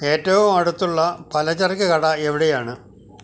ഏറ്റവും അടുത്തുള്ള പലചരക്ക് കട എവിടെയാണ്